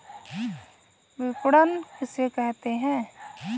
विपणन किसे कहते हैं?